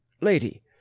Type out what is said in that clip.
lady